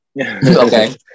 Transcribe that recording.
okay